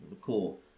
Cool